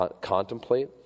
contemplate